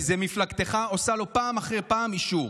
כי זו מפלגתך עושה לו פעם אחרי פעם אישור,